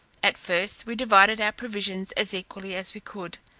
at first we divided our provisions as equally as we could,